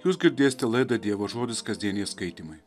jūs girdėsite laidą dievo žodis kasdieniai skaitymai